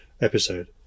episode